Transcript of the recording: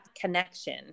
connection